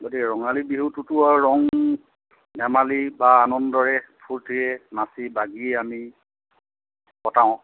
গতিকে ৰঙালী বিহুটোতো আৰু ৰং ধেমালি বা আনন্দৰে স্ফুৰ্তিৰে নাচি বাগি আমি কটাওঁ